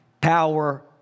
power